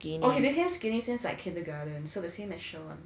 oh he became skinny since like kindergarten so it's the same as shawn